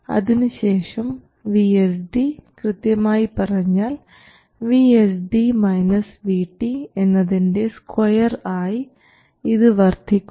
അതിനുശേഷം VSD കൃത്യമായി പറഞ്ഞാൽ എന്നതിൻറെ സ്ക്വയർ ആയി ഇത് വർദ്ധിക്കുന്നു